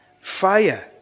Fire